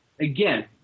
again